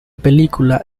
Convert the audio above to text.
película